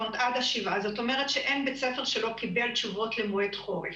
אין בית ספר שלא קיבל תשובות למועד חורף.